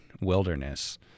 wilderness